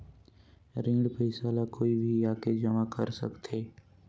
ऋण पईसा ला कोई भी आके जमा कर सकथे?